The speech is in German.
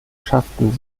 schafften